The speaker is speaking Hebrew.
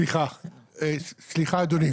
סליחה, אדוני.